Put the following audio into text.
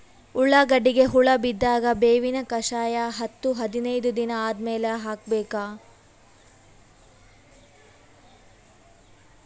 ಉಳ್ಳಾಗಡ್ಡಿಗೆ ಹುಳ ಬಿದ್ದಾಗ ಬೇವಿನ ಕಷಾಯ ಹತ್ತು ಹದಿನೈದ ದಿನ ಆದಮೇಲೆ ಹಾಕಬೇಕ?